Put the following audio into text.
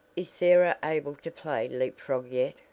is sarah able to play leap-frog yet?